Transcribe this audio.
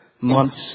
months